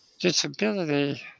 disability